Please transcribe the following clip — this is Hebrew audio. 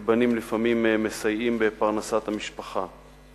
ובנים לפעמים מסייעים בפרנסת המשפחה.